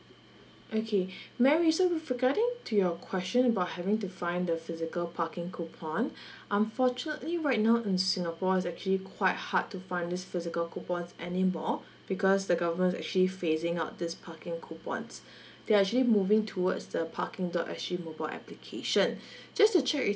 okay mary so with regarding to your question about having to find the physical parking coupon unfortunately right now in singapore is actually quite hard to find this physical coupons anymore because the government is actually phasing out this parking coupons they're actually moving towards the parking dot S G mobile application just to check with